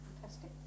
Fantastic